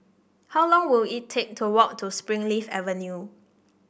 how long will it take to walk to Springleaf Avenue